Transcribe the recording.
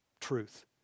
truth